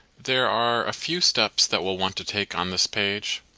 there are a few steps that we'll want to take on this page.